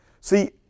See